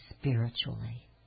spiritually